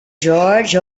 george